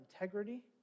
integrity